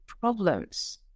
problems